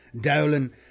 Dolan